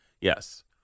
Yes